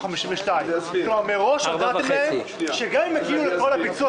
52. כלומר מראש הודעתם להם שגם אם יגיעו לכל הביצוע